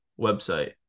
website